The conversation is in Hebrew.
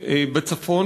בצפון,